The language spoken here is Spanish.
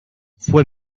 fue